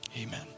amen